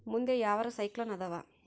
ಮುಂದೆ ಯಾವರ ಸೈಕ್ಲೋನ್ ಅದಾವ?